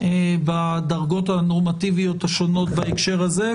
בדרגות הנורמטיביות השונות בהקשר הזה,